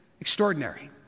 extraordinary